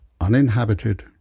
uninhabited